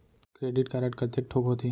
Credit card कतेक ठोक होथे?